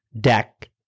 deck